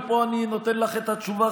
ופה אני נותן לך את התשובה,